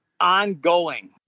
ongoing